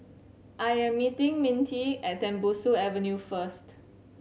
I am meeting Mintie at Tembusu Avenue first